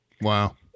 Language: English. Wow